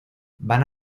van